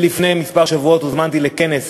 לפני כמה שבועות הוזמנתי לכנס